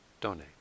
donate